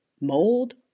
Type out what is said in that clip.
Mold